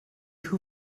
who